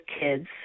kids